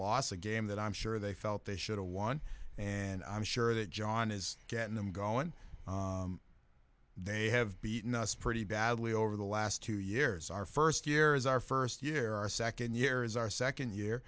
a game that i'm sure they felt they should've won and i'm sure that john is getting them going they have beaten us pretty badly over the last two years our first year is our first year our second year is our second year